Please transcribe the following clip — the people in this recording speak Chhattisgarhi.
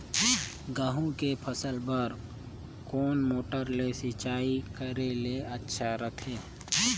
गहूं के फसल बार कोन मोटर ले सिंचाई करे ले अच्छा रथे?